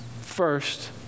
First